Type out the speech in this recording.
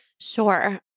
Sure